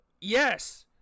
yes